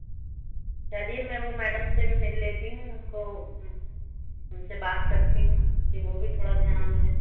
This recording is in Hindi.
चलिए मैं वो मैडम से भी मिल लेती हूं उनको उनसे बात करती हूं कि वो भी थोड़ा ध्यान दें